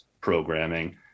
programming